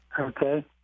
Okay